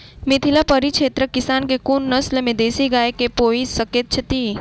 मिथिला परिक्षेत्रक किसान केँ कुन नस्ल केँ देसी गाय केँ पोइस सकैत छैथि?